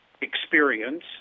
experience